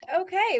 Okay